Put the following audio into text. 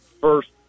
first